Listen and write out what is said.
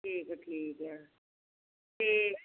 ਠੀਕ ਹੈ ਠੀਕ ਹੈ ਅਤੇ